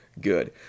good